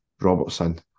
Robertson